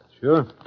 Sure